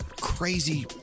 crazy